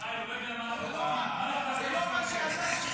חיים, הוא לא יודע מה, זה לא מה שאתה חושב.